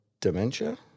dementia